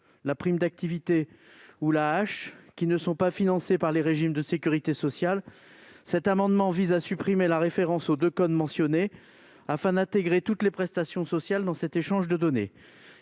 adultes handicapés AAH, qui ne sont pas financées par les régimes de sécurité sociale, cet amendement vise à supprimer la référence aux deux codes mentionnés afin d'intégrer toutes les prestations sociales dans cet échange de données.